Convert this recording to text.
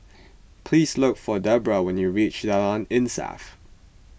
please look for Debbra when you reach Jalan Insaf